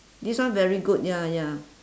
this one very good ya ya